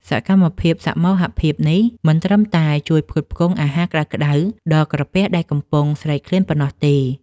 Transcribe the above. សកម្មភាពសមូហភាពនេះ មិនត្រឹមតែជួយផ្គត់ផ្គង់អាហារក្ដៅៗដល់ក្រពះដែលកំពុងស្រេកឃ្លានប៉ុណ្ណោះទេ។